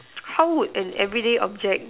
how would an everyday object